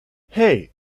hey